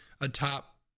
atop